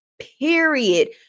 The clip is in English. Period